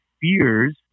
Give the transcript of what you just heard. fears